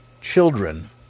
children